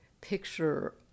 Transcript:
picture